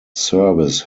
service